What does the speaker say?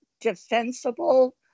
defensible